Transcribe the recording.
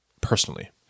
personally